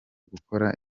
gukora